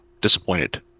disappointed